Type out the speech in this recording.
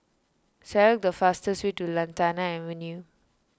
select the fastest way to Lantana Avenue